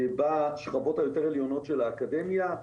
בשכבות היותר עליונות של האקדמיה.